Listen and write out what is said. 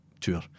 tour